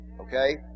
Okay